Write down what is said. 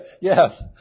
Yes